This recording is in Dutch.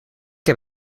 heb